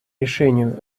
решению